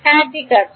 হ্যাঁ ঠিক আছে